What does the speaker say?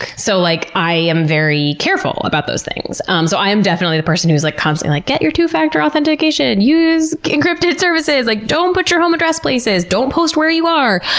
so like i am very careful about those things. um so i am definitely the person who's like constantly like, get your two-factor authentication use encrypted services! like don't put your home address places, don't post where you are.